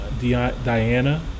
diana